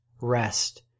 rest